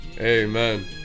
Amen